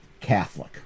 Catholic